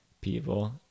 people